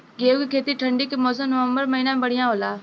गेहूँ के खेती ठंण्डी के मौसम नवम्बर महीना में बढ़ियां होला?